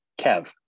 Kev